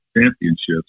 championships